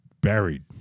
buried